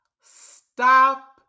Stop